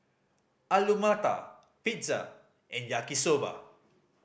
Alu Matar Pizza and Yaki Soba